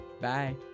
Bye